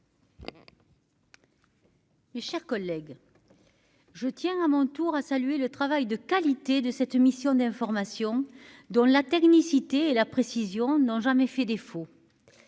mes chers collègues, je tiens à mon tour à saluer le travail de qualité mené par la mission d'information, dont la technicité et la précision n'ont jamais fait défaut.